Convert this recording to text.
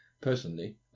personally